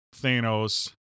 Thanos